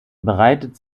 bereitet